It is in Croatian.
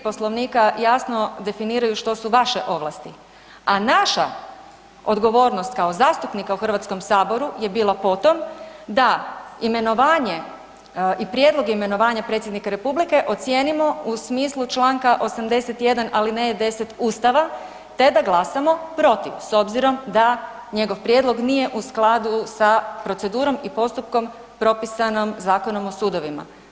Poslovnika jasno definiraju što su vaše ovlasti a naša odgovornost kao zastupnika u Hrvatskom saboru je bila potom da imenovanje i prijedlog imenovanja Predsjednika Republike ocijenimo u smislu čl. 81. alineja 10 Ustava te da glasamo protiv s obzirom da njegov prijedlog nije u skladu sa procedurom i postupkom propisanom Zakonom o sudovima.